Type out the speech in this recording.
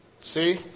See